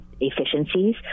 efficiencies